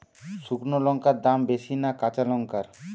শুক্নো লঙ্কার দাম বেশি না কাঁচা লঙ্কার?